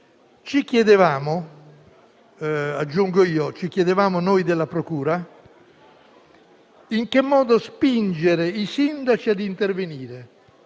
(intendendo noi della Procura) in che modo spingere i sindaci a intervenire,